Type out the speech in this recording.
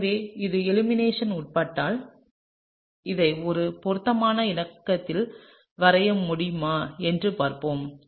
எனவே இது எலிமினேஷன் உட்பட்டால் இதை ஒரு பொருத்தமான இணக்கத்தில் வரைய முடியுமா என்று பார்ப்போம்